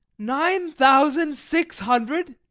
nine thousand six hundred!